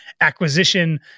acquisition